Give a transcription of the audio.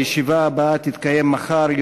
הישיבה הבאה תתקיים מחר,